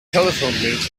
telephoned